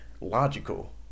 logical